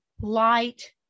light